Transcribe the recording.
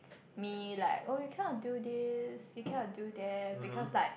me like oh you cannot do this you cannot do that because like